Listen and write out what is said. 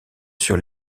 sur